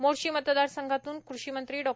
मोर्शी मतदारसंघातून कृषीमंत्री डॉ